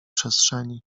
przestrzeni